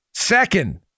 Second